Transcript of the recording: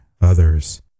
others